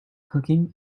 cooking